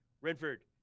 Renford